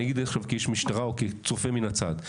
אני אגיד עכשיו כאיש משטרה או כצופה מן הצד,